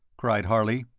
cried harley.